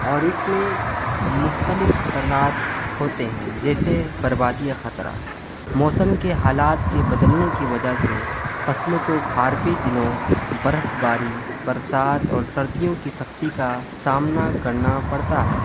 اور اس میں مختلف خطرات ہوتے ہیں جیسے بربادی خطرہ موسم کے حالات کے بدلنے کی وجہ سے فصلوں کو کھارپی دنوں برف باری برسات اور سردیوں کی سختی کا سامنا کرنا پڑتا ہے